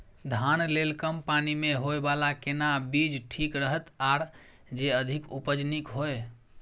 धान लेल कम पानी मे होयबला केना बीज ठीक रहत आर जे अधिक उपज नीक होय?